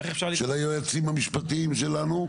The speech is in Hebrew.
של היועצים המשפטיים שלנו.